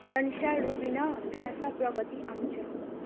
Pranisha Rubina Priyasha Pragati Anuja